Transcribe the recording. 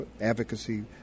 advocacy